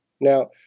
Now